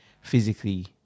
physically